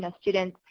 and students,